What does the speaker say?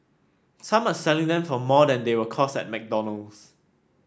some are selling them for more than they will cost at McDonald's